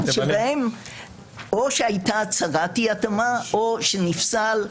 בהם או שהייתה הצהרת אי התאמה או שנפסל,